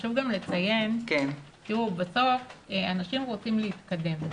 חשוב לציין, בסוף אנשים רוצים להתקדם.